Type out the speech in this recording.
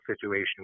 situation